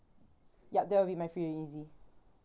yup that will be my free and easy